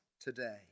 today